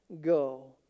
go